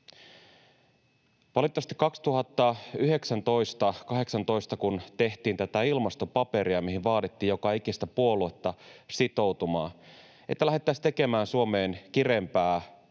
Valitettavasti 2018, kun tehtiin tätä ilmastopaperia, mihin vaadittiin joka ikistä puoluetta sitoutumaan, että lähdettäisiin tekemään Suomeen kireämpää